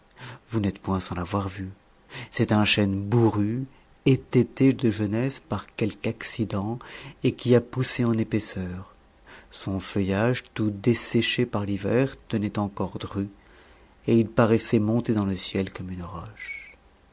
vous n'êtes point sans l'avoir vu c'est un chêne bourru étêté de jeunesse par quelque accident et qui a poussé en épaisseur son feuillage tout desséché par l'hiver tenait encore dru et il paraissait monter dans le ciel comme une